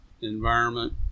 environment